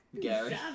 Gary